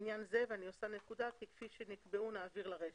את "כפי שנקבעו בטור ד' בתוספת השנייה" נעביר לרישה.